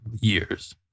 years